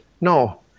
no